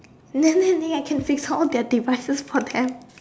and then they think I can fix all their devices for them